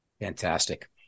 Fantastic